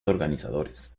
organizadores